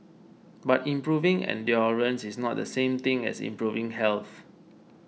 but improving endurance is not the same thing as improving health